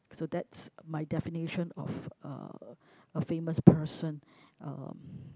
so that's my definition of uh a famous person uh